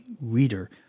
reader